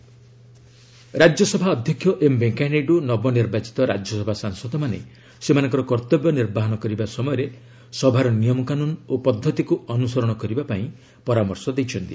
RS oath taking Rajya Sabha ଅଧ୍ୟକ୍ଷ M Venkaiah Naidu ନବନିର୍ବାଚିତ ରାଜ୍ୟସଭା ସାଂସଦମାନେ ସେମାନଙ୍କର କର୍ତ୍ତବ୍ୟ ନିର୍ବାହନ କରିବା ସମୟରେ ସଭାର ନିୟମ କାନୁନ୍ ଓ ପଦ୍ଧତିକୁ ଅନୁସରଣ କରିବା ପାଇଁ ପରାମର୍ଶ ଦେଇଛନ୍ତି